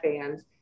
fans